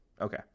Okay